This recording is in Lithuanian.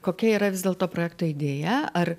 kokia yra vis dėlto projekto idėja ar